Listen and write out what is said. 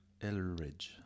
Elridge